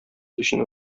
өчен